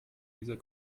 dieser